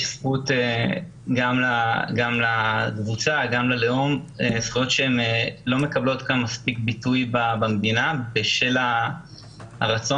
גם ללאום יש זכויות שאינן מקבלות ביטוי בשל הרצון